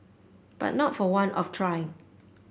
but not for want of trying